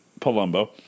Palumbo